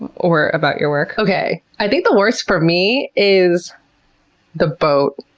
or about your work? okay. i think the worst for me is the boat.